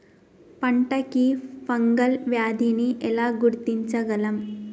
పంట కి ఫంగల్ వ్యాధి ని ఎలా గుర్తించగలం?